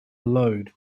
load